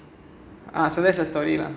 ah so that's the story lah